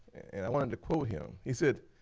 and i wanted to quote him. he said,